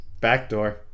Backdoor